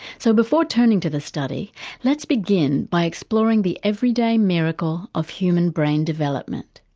so before turning to the study let's begin by exploring the everyday miracle of human brain development.